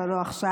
אבל לא עכשיו.